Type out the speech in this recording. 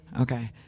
Okay